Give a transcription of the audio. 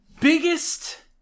biggest